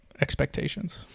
expectations